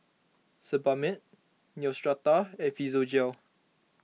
Sebamed Neostrata and Physiogel